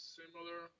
similar